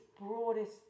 broadest